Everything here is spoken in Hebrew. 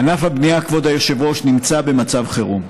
ענף הבנייה, כבוד היושב-ראש, נמצא במצב חירום.